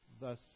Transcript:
thus